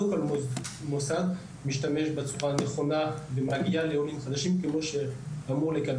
לא כל מוסד משתמש בצורה הנכונה כמו שאמור להיות.